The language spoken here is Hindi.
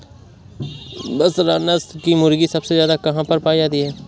बसरा नस्ल की मुर्गी सबसे ज्यादा कहाँ पर पाई जाती है?